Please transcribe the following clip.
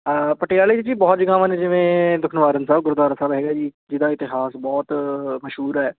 ਪਟਿਆਲੇ 'ਚ ਜੀ ਬਹੁਤ ਜਗ੍ਹਾਵਾਂ ਨੇ ਜਿਵੇਂ ਦੁੱਖ ਨਿਵਾਰਨ ਸਾਹਿਬ ਗੁਰਦੁਆਰਾ ਸਾਹਿਬ ਹੈਗਾ ਜੀ ਜਿਹਦਾ ਇਤਿਹਾਸ ਬਹੁਤ ਮਸ਼ਹੂਰ ਹੈ